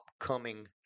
upcoming